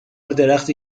درختی